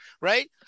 Right